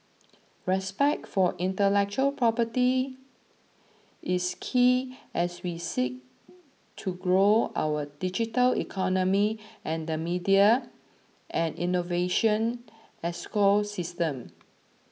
respect for intellectual property is key as we seek to grow our digital economy and the media and innovation ecosystems